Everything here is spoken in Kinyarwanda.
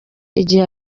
igihe